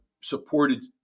supported